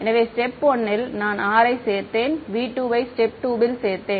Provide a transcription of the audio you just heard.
எனவே ஸ்டேப் 1 இல் நான் r ஐ சேர்த்தேன் V2 யை ஸ்டேப் 2 ல் சேர்த்தேன்